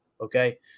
Okay